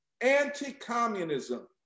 Anti-communism